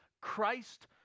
Christ